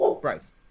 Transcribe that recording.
Bryce